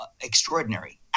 extraordinary